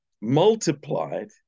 multiplied